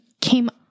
came